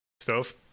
Stove